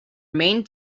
main